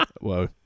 Whoa